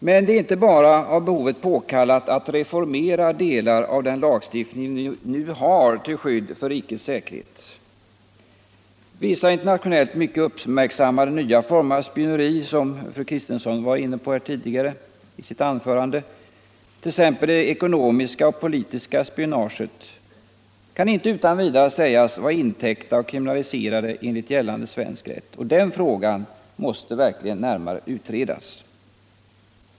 Men det är inte bara av behovet påkallat att reformera delar av den lagstiftning vi har till skydd för rikets säkerhet. Vissa internationellt mycket uppmärksammade nya former av spioneri, som fru Kristensson var inne på i sitt anförande, t.ex. det ekonomiska och politiska spionaget, kan inte utan vidare sägas vara intäckta och kriminaliserade enligt gällande svensk rätt. Den frågan måste verkligen närmare utredas.